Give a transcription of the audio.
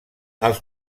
els